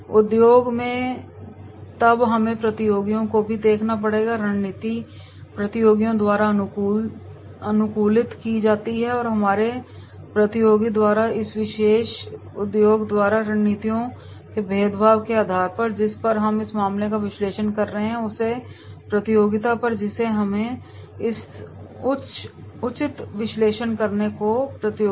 उद्योग में तब हमें प्रतियोगियों को भी देखना पड़ता है रणनीति प्रतियोगियों द्वारा अनुकूलित की जाती है और हमारे प्रतियोगी द्वारा इस विशेष उद्योग द्वारा रणनीतियों के भेदभाव के आधार पर जिस पर हम इस मामले का विश्लेषण कर रहे हैं और उस प्रतियोगिता पर जिसे हमें इस पर उचित विश्लेषण करना है प्रतियोगिता